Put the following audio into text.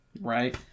Right